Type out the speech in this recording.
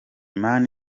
man